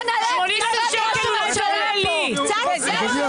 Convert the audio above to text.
קצת צניעות.